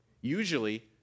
Usually